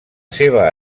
seva